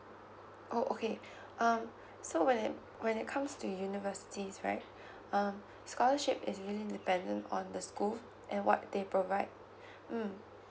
oh okay um so when it when it comes to universities right um scholarship is really dependent on the school and what they provide mm